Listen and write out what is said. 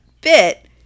bit